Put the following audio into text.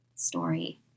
story